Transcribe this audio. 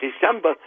December